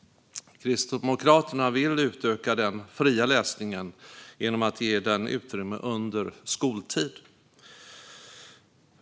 Kristdemokraterna vill utöka den fria läsningen genom att ge den utrymme under skoltid.